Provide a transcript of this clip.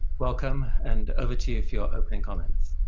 welcome, and over to you for your opening comments.